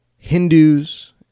Hindus